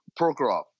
prokhorov